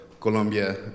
Colombia